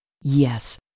Yes